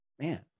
Man